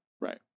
Right